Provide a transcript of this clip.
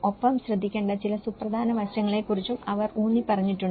ഒപ്പം ശ്രദ്ധിക്കേണ്ട ചില സുപ്രധാന വശങ്ങളെ കുറിച്ചും അവർ ഊന്നിപ്പറഞ്ഞിട്ടുണ്ട്